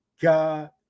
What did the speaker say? God